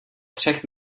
třech